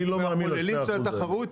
אני לא מאמין ל-2% האלה.